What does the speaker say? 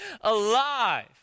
alive